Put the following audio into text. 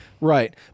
Right